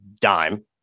dime